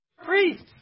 priest